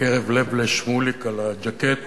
מקרב לב לשמוליק על הז'קט,